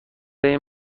این